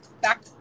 Back